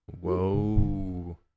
Whoa